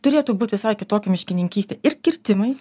turėtų būt visai kitokia miškininkystėir kirtimai